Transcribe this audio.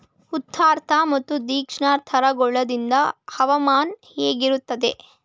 ಉತ್ತರಾರ್ಧ ಮತ್ತು ದಕ್ಷಿಣಾರ್ಧ ಗೋಳದಲ್ಲಿ ಹವಾಮಾನ ಹೇಗಿರುತ್ತದೆ?